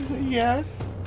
Yes